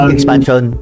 Expansion